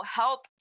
help